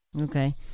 okay